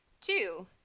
two